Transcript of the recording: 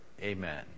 Amen